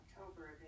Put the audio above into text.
October